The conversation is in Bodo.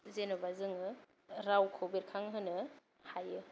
जेनबा जोङो रावखौ बेरखांहोनो हायो